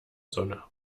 sonne